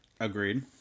Agreed